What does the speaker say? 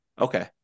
Okay